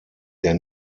der